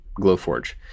Glowforge